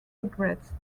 regrets